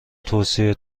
توصیه